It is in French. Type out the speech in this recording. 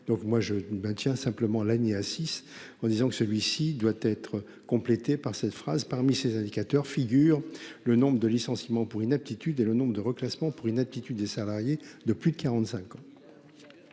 Donc moi je maintiens simplement l'année A6 en disant que celui-ci doit être complété par cette phrase parmi ces indicateurs figurent le nombre de licenciements pour inaptitude et le nombre de reclassement pour inaptitude des salariés de plus de 45.